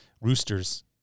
roosters